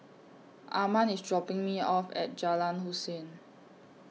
Arman IS dropping Me off At Jalan Hussein